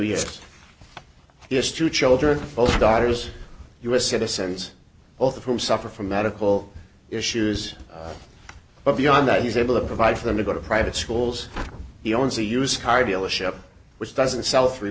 years is two children both daughters u s citizens both of whom suffer from medical issues but beyond that he's able to provide for them to go to private schools he owns a used car dealership which doesn't sell three